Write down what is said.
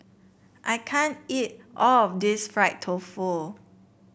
I can't eat all of this Fried Tofu